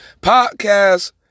podcast